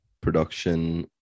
Production